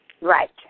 Right